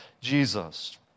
Jesus